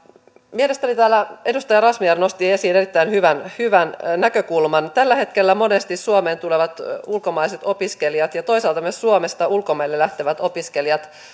mielestäni täällä edustaja razmyar nosti esiin erittäin hyvän hyvän näkökulman tällä hetkellä monesti suomeen tulevat ulkomaiset opiskelijat ja toisaalta myös suomesta ulkomaille lähtevät opiskelijat